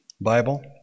Bible